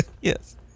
Yes